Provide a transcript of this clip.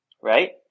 right